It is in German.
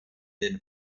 den